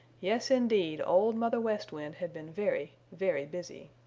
yes, indeed, old mother west wind had been very, very busy.